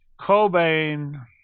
Cobain